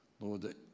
Lord